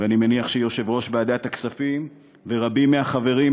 אני מניח שיושב-ראש ועדת הכספים ורבים מהחברים,